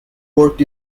worked